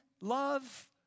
love